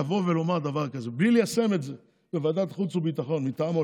לבוא ולומר דבר כזה בלי ליישם את זה בוועדת חוץ וביטחון מטעם,